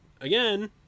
again